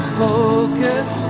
focus